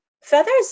feathers